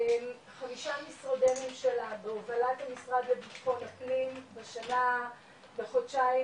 5 משרדי ממשלה בהובלת המשרד לביטחון הפנים בשנה וחודשיים